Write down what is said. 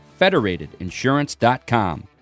federatedinsurance.com